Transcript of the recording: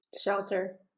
Shelter